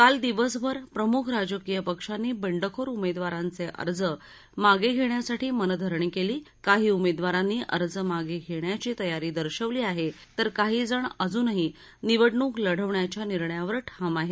काल दिवसभर प्रमुख राजकीय पक्षांनी बंडखोर उमेदवारांचे अर्ज मागे घेण्यासाठी मनधरणी केली काही उमेदवारांनी अर्ज मागे घेण्याची तयारी दर्शवली आहे तर काही जण अजूनही निवडणूक लढवण्याच्या निर्णयावर ठाम आहेत